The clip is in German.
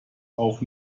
auch